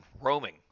roaming